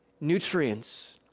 nutrients